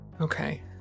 Okay